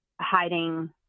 hiding